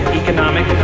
economic